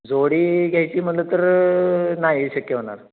जोडी घ्यायची म्हणलं तर नाही शक्य होणार